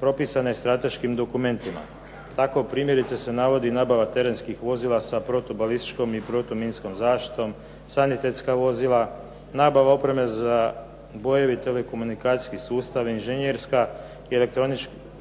propisane strateškim dokumentima. Tako primjerice se navodi nabava terenskih vozila sa protubalističkom i protuminskom zaštitom, sanitetka vozila, nabava opreme za …/Govornik se ne razumije./… i telekomunikacijske sustave, inženjerska i